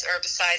herbicides